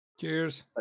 Cheers